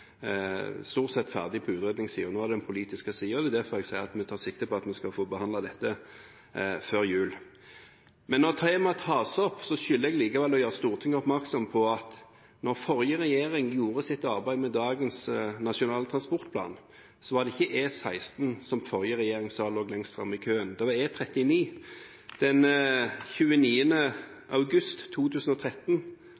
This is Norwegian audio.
stort sett ferdig på utredningssiden. Nå er det den politiske siden som gjelder. Det er derfor jeg sier at vi tar sikte på at vi skal få behandlet dette før jul. Men når temaet tas opp, skylder jeg likevel å gjøre Stortinget oppmerksom på at da den forrige regjeringen gjorde sitt arbeid med dagens nasjonale transportplan, var det ikke E16 den forrige regjeringen sa lå lengst framme i køen – det var E39. Den 29. august 2013